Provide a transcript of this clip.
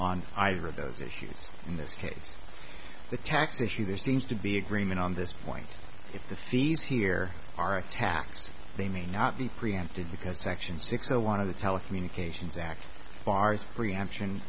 on either of those issues in this case the tax issue there seems to be agreement on this point if the fees here are a tax they may not be preempted because section six a one of the telecommunications act bars preemption